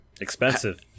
expensive